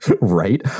Right